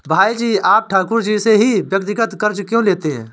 भाई जी आप ठाकुर जी से ही व्यक्तिगत कर्ज क्यों लेते हैं?